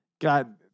God